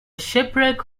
shipwreck